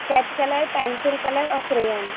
sketch colour pencil colour اور کرین